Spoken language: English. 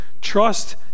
trust